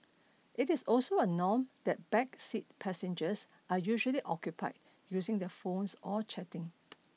it is also a norm that back seat passengers are usually occupied using their phones or chatting